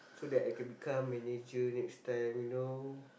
so that I can become manager next time you know